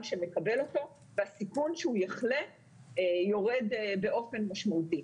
שמקבל אותו והסיכון שהוא יחלה - יורד באפון משמעותי.